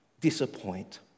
disappoint